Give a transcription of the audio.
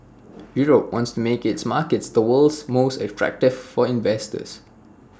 Europe wants to make its markets the world's most attractive for investors